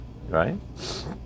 right